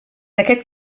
aquest